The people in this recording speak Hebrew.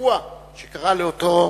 באירוע שקרה לאותו